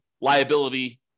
liability